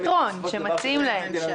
השאלה מה הפתרון שמציעים להם.